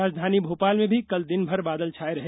राजधानी भोपाल में भी कल दिनभर बादल छाये रहे